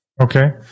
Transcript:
Okay